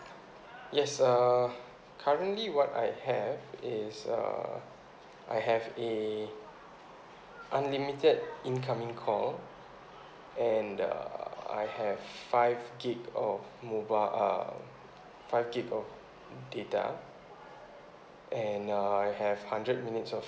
yes uh currently what I have is uh I have a unlimited incoming call and uh have five gig of mobile uh five gig of data and uh I have hundred minutes of